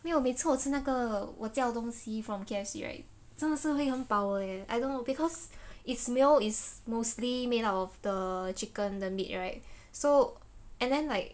没有每次我吃那个我叫东西 from K_F_C right 真的是会很饱 leh I don't know because it's meal is mostly made up of the chicken the meat right so and then like